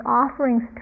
offerings